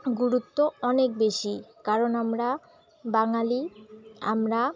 গুরুত্ব অনেক বেশি কারণ আমরা বাঙালি আমরা